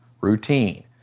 Routine